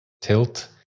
tilt